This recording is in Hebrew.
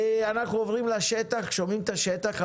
אנחנו נעבור לשטח, נשמע את השטח.